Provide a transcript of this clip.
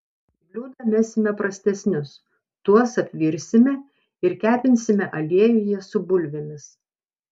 į bliūdą mesime prastesnius tuos apvirsime ir kepinsime aliejuje su bulvėmis